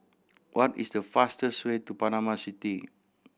what is the fastest way to Panama City